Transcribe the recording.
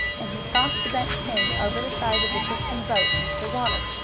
and he tossed the bent pin over the side of the drifting boat into the water.